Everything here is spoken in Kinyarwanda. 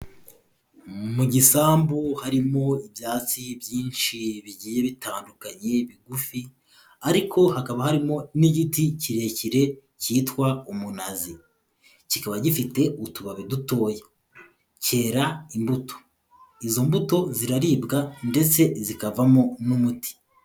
Mu gisambu harimo ibyatsi byinshi bigiye bitandukanye bigufi ariko hakaba harimo n'igiti kirekire cyitwa umunazi. Kikaba gifite utubabi dutoya. Cyera imbuto. Izo mbuto ziraribwa ndetse zikavamo n'umuti.